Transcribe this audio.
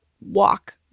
walk